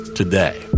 today